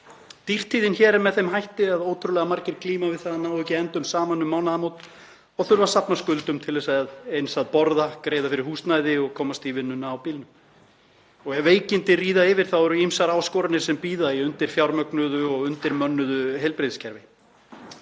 Dýrtíðin hér er með þeim hætti að ótrúlega margir glíma við það að ná ekki endum saman um mánaðamót og þurfa að safna skuldum til þess eins að borða, greiða fyrir húsnæði og komast í vinnuna á bílnum. Ef veikindi ríða yfir eru ýmsar áskoranir sem bíða í undirfjármögnuðu og undirmönnuðu heilbrigðiskerfi.